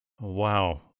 Wow